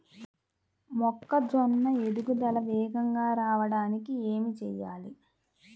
మొక్కజోన్న ఎదుగుదల వేగంగా రావడానికి ఏమి చెయ్యాలి?